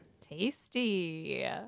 Tasty